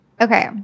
okay